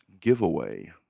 giveaway